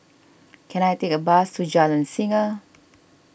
can I take a bus to Jalan Singa